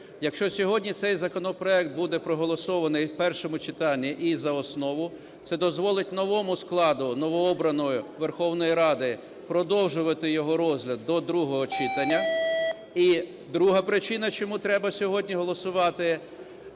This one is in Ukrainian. Якщо сьогодні цей законопроект буде проголосований в першому читанні і за основу, це дозволить новому складу новообраної Верховної Ради продовжувати його розгляд до другого читання. І друга причина, чому треба сьогодні голосувати, –